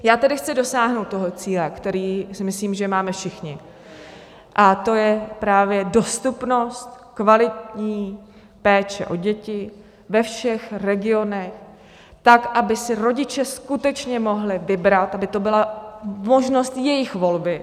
Já tedy chci dosáhnout cíle, který si myslím, že máme všichni, a to je právě dostupnost kvalitní péče o děti ve všech regionech tak, aby si rodiče skutečně mohli vybrat, aby to byla možnost jejich volby.